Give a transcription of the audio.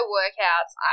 workouts